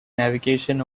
navigation